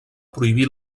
prohibir